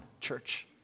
church